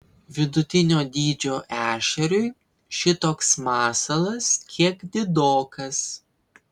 vidutinio dydžio ešeriui šitoks masalas kiek didokas